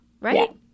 Right